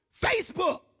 Facebook